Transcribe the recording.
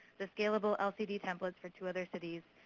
the scalable lcd templates for two other cities,